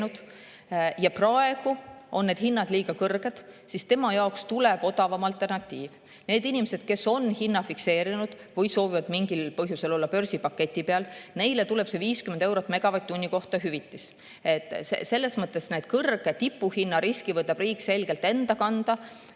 ja praegu on need hinnad liiga kõrged, siis tema jaoks tuleb odavam alternatiiv. Neile inimestele, kes on hinna fikseerinud või soovivad mingil põhjusel olla börsipaketi peal, tuleb 50 eurot megavatt-tunni kohta hüvitist. Selles mõttes võtab riik kõrge tipuhinna riski selgelt enda kanda